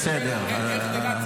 יש שרשרת פיקודית של הצבא.